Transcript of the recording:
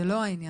זה לא העניין.